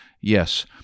yes